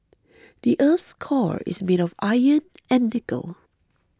the earth's core is made of iron and nickel